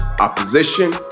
opposition